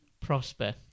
prosper